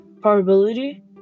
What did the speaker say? probability